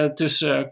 tussen